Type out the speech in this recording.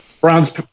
Brown's